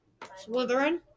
Slytherin